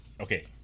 Okay